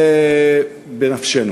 זה בנפשנו.